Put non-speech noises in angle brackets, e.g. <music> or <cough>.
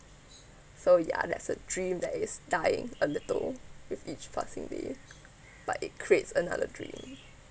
so ya that's the dream that is dying a little with each passing day <noise> but it creates another dream